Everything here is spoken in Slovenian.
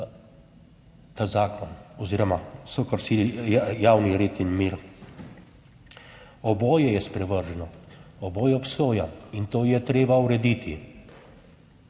ta zakon oziroma so kršili javni red in mir. Oboje je sprevrženo, oboje obsojam. In to je treba urediti.